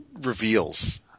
reveals